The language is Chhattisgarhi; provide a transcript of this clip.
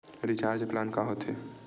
रिचार्ज प्लान का होथे?